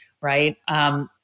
right